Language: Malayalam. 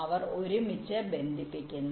അവർ ഒരുമിച്ച് ബന്ധിപ്പിക്കുന്നു